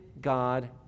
God